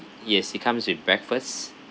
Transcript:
yes it comes with breakfast